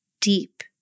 deep